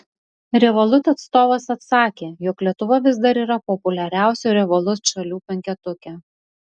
revolut atstovas atsakė jog lietuva vis dar yra populiariausių revolut šalių penketuke